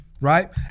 right